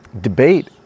debate